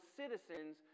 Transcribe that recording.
citizens